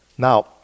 Now